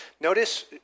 Notice